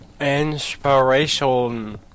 Inspiration